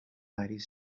مریض